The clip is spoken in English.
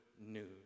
news